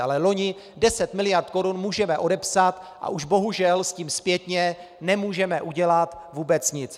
Ale loňských 10 miliard korun můžeme odepsat a už, bohužel, s tím zpětně nemůžeme udělat vůbec nic.